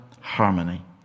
harmony